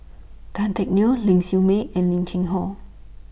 Tan Teck Neo Ling Siew May and Lim Cheng Hoe